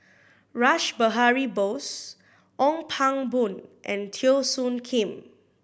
Rash Behari Bose Ong Pang Boon and Teo Soon Kim